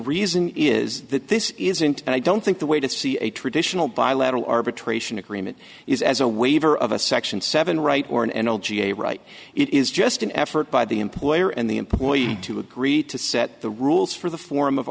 reason is that this isn't i don't think the way to see a traditional bilateral arbitration agreement is as a waiver of a section seven right or an end all ga right it is just an effort by the employer and the employee to agree to set the rules for the form of